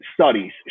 studies